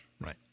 Right